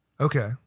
Okay